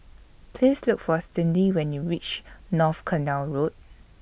Please Look For Cyndi when YOU REACH North Canal Road